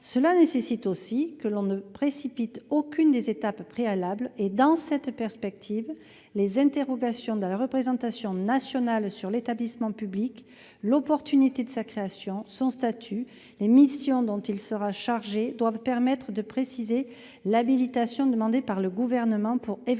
Cela nécessite aussi que l'on ne précipite aucune des étapes préalables. Dans cette perspective, les interrogations de la représentation nationale sur l'établissement public, l'opportunité de sa création, son statut et les missions dont il sera chargé doivent permettre de préciser l'habilitation demandée par le Gouvernement pour, éventuellement,